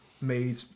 made